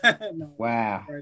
wow